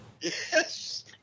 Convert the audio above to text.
Yes